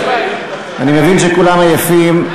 אני מבין שכולם עייפים.